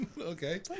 Okay